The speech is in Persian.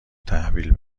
تحویل